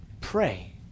pray